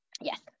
yes